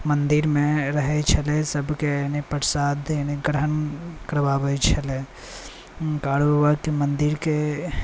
मन्दिरमे रहैत छलै सभके प्रसाद ग्रहण करवाबैत छलै कारू बाबाके मन्दिरके